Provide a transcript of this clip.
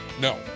No